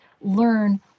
learn